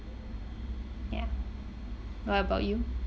ya what about you